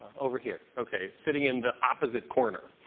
over here. okay. sitting in the opposite corner.